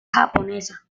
japonesa